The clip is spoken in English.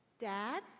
Dad